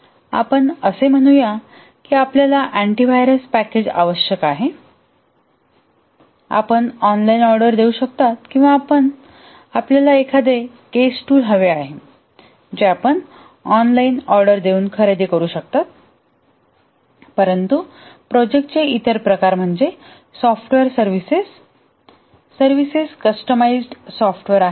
आपण म्हणू या की आपल्याला अँटीव्हायरस पॅकेज आवश्यक आहे आपण ऑनलाइन ऑर्डर देऊ शकता किंवा आपल्याला एखादे केस टूल हवे आहे जे आपण ऑनलाइन ऑर्डर करू शकता परंतु प्रोजेक्टचे इतर प्रकार म्हणजे software services services customized software आहेत